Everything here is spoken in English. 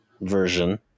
version